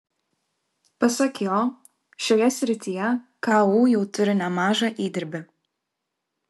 pasak jo šioje srityje ku jau turi nemažą įdirbį